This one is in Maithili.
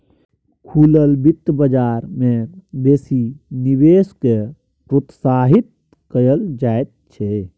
खुलल बित्त बजार मे बेसी निवेश केँ प्रोत्साहित कयल जाइत छै